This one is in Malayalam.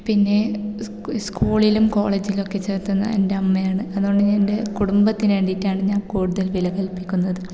പിന്നെ സ് സ്കൂളിലും കോളേജിലൊക്കെ ചേർത്തത് എന്നെ എൻ്റമ്മയാണ് അതുകൊണ്ട് ഞാനെൻ്റെ കുടുംബത്തിന് വേണ്ടിയിട്ടാണ് ഞാൻ കൂടുതൽ വില കൽപ്പിക്കുന്നത്